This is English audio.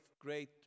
great